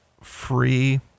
free